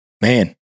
man